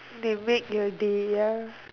they make your day ya